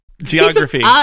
Geography